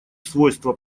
свойства